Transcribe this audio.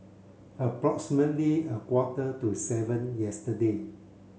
a quarter to seven yesterday